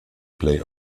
play